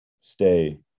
Stay